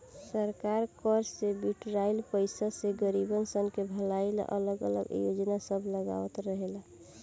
सरकार कर से बिटोराइल पईसा से गरीबसन के भलाई ला अलग अलग योजना सब लगावत रहेला